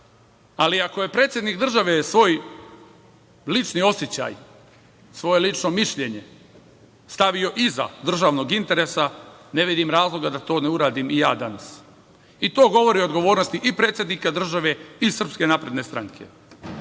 početka. Ako je predsednik države svoj lični osećaj, svoje lično mišljenje stavio iza državnog interesa, ne vidim razloga da to ne uradim i ja to danas. I to govori o odgovornosti i predsednika države i SNS. S tim da gajim